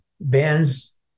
Bands